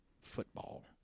football